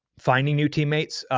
finding new teammates.